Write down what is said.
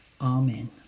Amen